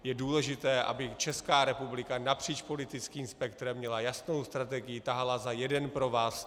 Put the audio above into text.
Je důležité, aby Česká republika napříč politickým spektrem měla jasnou strategii, tahala za jeden provaz.